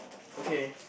okay